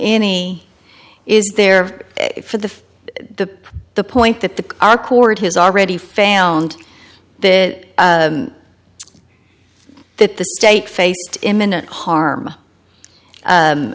any is there for the to the point that the our court has already found that that the state face imminent harm